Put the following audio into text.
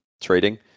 trading